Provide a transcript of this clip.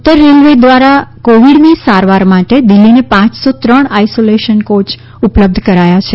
ઉત્તર રેલ્વે દ્રારા કોવિડની સારવાર માટે દિલ્ફીને પાંચસો ત્રણ આઈસોલેશન કોચ ઉપલબ્ઘ કરાયા છે